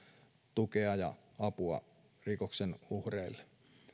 tukea ja apua rikoksen uhreille